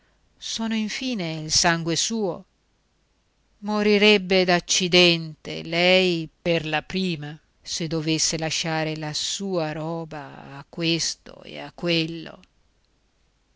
sono infine il sangue suo morirebbe d'accidente lei per la prima se dovesse lasciare la sua roba a questo e a quello